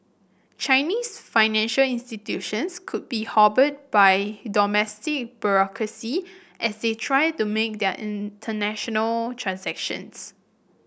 Chinese financial institutions could be hobbled by domestic bureaucracy as they try to make their international transactions